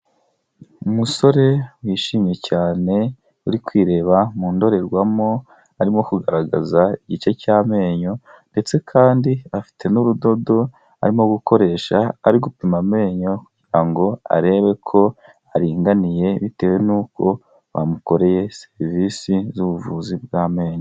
Umusore wishimye cyane uri kwireba mu ndorerwamo, arimo kugaragaza igice cy'amenyo ndetse kandi afite n'urudodo arimo gukoresha ari gupima amenyo kugira ngo arebe ko aringaniye bitewe n'uko bamukoreye serivisi z'ubuvuzi bw'amenyo.